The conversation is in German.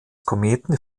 kometen